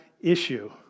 issue